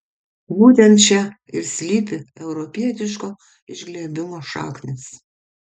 būtent čia ir slypi europietiško išglebimo šaknys